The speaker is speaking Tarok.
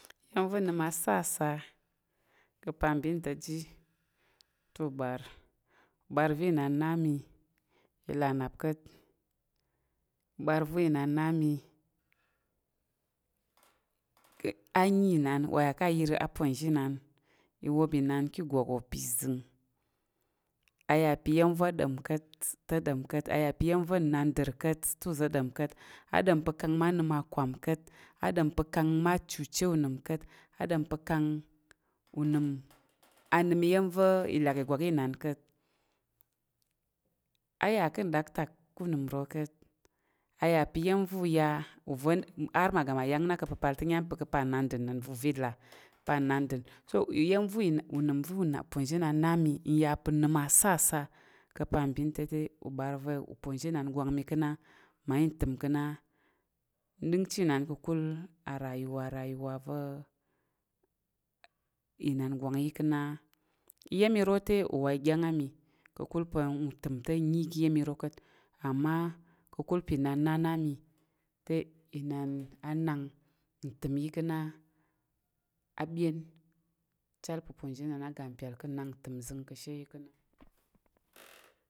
Iya̱m va̱ nnəm "asasa" ka̱ apambin ta̱ ji te ubar. Ubar va̱ inan na mi te i là nnap ka̱t. Ubar va̱ inan na mi a nyi inan, wa ya ka̱ ayər aponzhi inan. I wop inan ka̱ ìgwak wo pa̱ izəng. A yà pa̱ iya̱m va̱ ɗom ka̱t te ɗom ka̱t. A ya pa̱ iya̱m va̱ nnandər ka̱t te u va̱ ɗom ka̱t. A ɗm pa̱ kang ma nəm a kwam ka̱t a ɗom pa̱ kang ma "cushe unəm ka̱t, a ɗom pa̱ kang unəm a əm iya̱m va̱ i lak ìgwak inan ka̱t. A ya ka̱ nɗaktak ka̱ unəm ro ka̱t. A ya pa̱ iya̱m va̱ uya har ma ga ma yang na ka̱ pəpal te a nyam pa̱ ka̱ apal nnandər nandər va u va̱ i là. Ka̱ apal nnanɗər, so iya̱m va̱ u unəm va̱ uponzhi inan na mi iya pa̱ n nəm a "sasa" ka̱ apal mbin ta̱ te ubar va uponzhi inan gwang mi ka̱ na, mmayi təm ka̱ na. N dəngchi inan ka̱kul a ruyuwa" rayuwa" va̱ inan gwang yi ka na a. Iya̱m iro te uwa i ɗyang á mi ka̱kul pa̱ n təm te n nyi i ga iya̱m iro ka̱t. Amma" ka̱kul pa̱ inan na na á mi te inan a nak n təm yi ka̱ na a byen. Nchal pa̱ uponzhi ian a ga n mpyal ka̱ nak ntəm zəng ka̱ ashi yi ka na,